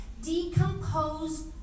decompose